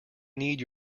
need